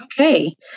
Okay